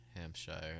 Hampshire